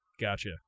gotcha